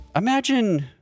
Imagine